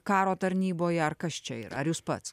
karo tarnyboje ar kas čia yra ar jūs pats